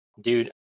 Dude